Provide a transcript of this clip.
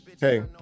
Hey